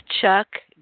Chuck